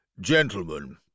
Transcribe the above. Gentlemen